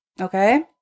okay